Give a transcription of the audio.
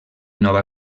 nova